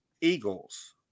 Eagles